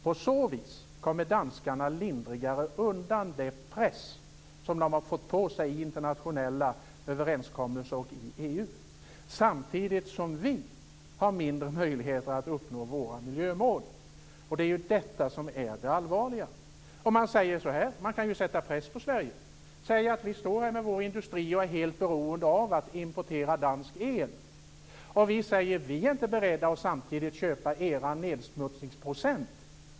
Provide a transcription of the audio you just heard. På så vis kommer danskarna lindrigare undan den press som de har fått på sig i internationella överenskommelser och i EU, samtidigt som vi har mindre möjligheter att uppnå våra miljömål. Det är det som är allvarligt. Det går att sätta press på Sverige. Säg att vi står här med vår industri och är helt beroende av att importera dansk el, men att vi samtidigt säger att vi inte är beredda att köpa de danska nedsmutningsprocenten.